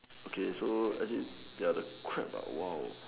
okay so as in ya the crab !wow!